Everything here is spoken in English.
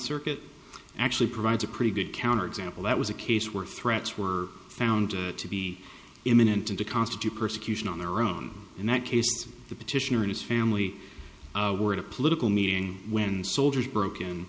circuit actually provides a pretty good counter example that was a case where threats were found to be imminent and to constitute persecution on their own in that case the petitioner and his family were at a political meeting when soldiers broke